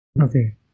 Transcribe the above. Okay